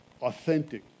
authentic